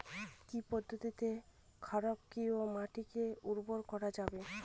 কি পদ্ধতিতে ক্ষারকীয় মাটিকে উর্বর করা যাবে?